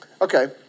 Okay